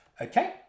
okay